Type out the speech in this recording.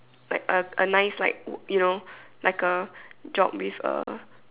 like a a nice like you know like a job with a